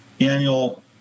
annual